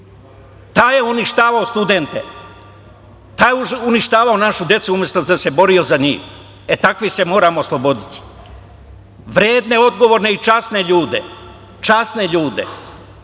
Taj je uništavao studente, taj je uništavao našu decu, umesto da se borio za njih. Takvih se moramo osloboditi. Vredne, odgovorne i časne ljude, časne ljude.